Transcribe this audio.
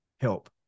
help